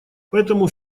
поэтому